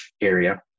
area